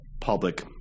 public